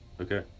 Okay